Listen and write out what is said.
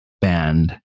band